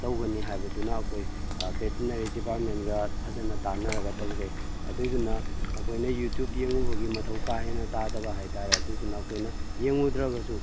ꯇꯧꯒꯅꯤ ꯍꯥꯏꯕꯗꯨꯅ ꯑꯩꯈꯣꯏ ꯕꯦꯇꯅꯔꯤ ꯗꯤꯄꯥꯔꯠꯃꯦꯟꯒ ꯐꯖꯅ ꯇꯥꯟꯅꯔꯒ ꯇꯧꯖꯩ ꯑꯗꯨꯏꯗꯨꯅ ꯑꯩꯈꯣꯏꯅ ꯌꯨꯇ꯭ꯌꯨꯕ ꯌꯦꯡꯂꯨꯕꯒꯤ ꯃꯊꯧ ꯀꯥ ꯍꯦꯟꯅ ꯇꯥꯗꯕ ꯍꯥꯏꯇꯥꯔꯦ ꯑꯗꯨꯗꯨꯅ ꯑꯩꯈꯣꯏꯅ ꯌꯦꯡꯂꯨꯗ꯭ꯔꯒꯁꯨ